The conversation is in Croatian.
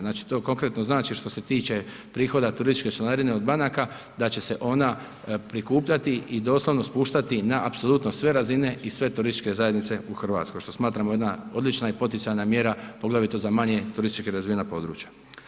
Znači, to konkretno znači, što se tiče prihoda turističke članarine od banaka, da će se ona prikupljati i doslovno spuštati na apsolutno sve razine i sve turističke zajednice u Hrvatskoj, što smatramo jedna odlična i poticajna mjera, poglavito za manje turistički razvijena područja.